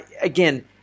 again